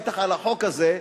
בטח על החוק הזה.